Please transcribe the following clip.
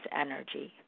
energy